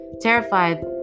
Terrified